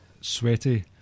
sweaty